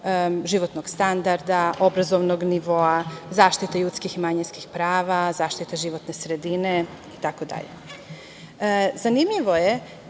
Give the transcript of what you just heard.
životnog standarda, obrazovnog nivoa, zaštite ljudskih i manjinskih prava, zaštita životne sredine itd. Zanimljivo je